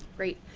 great.